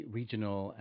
regional